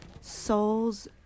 Souls